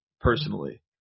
personally